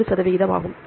100 சதவீதம் ஆகும்